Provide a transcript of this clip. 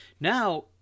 Now